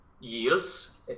years